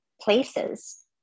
places